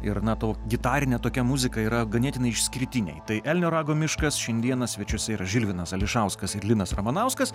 ir na ta gitarine tokia muzika yra ganėtinai išskirtiniai tai elnio rago miškas šiandieną svečiuose ir žilvinas ališauskas ir linas ramanauskas